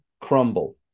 crumble